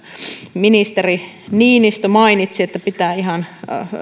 ministeri niinistö mainitsi että hän pitää ihan